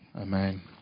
Amen